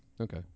Okay